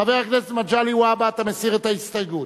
חבר הכנסת מגלי והבה, אתה מסיר את ההסתייגות.